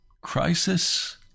crisis